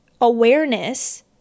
awareness